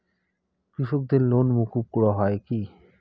কৃষকদের লোন মুকুব করা হয় কি?